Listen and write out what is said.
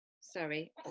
sorry